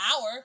hour